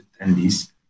attendees